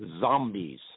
zombies